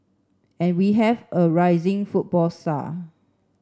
and we have a rising football star